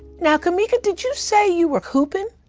now, kameeka, did you say you were hoopin'?